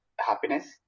happiness